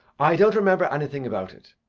i don't remember anything about it.